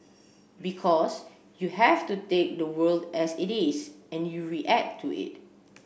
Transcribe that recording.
because you have to take the world as it is and you react to it